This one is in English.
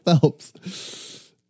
Phelps